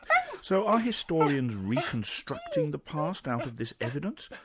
so are historians reconstructing the past out of this evidence?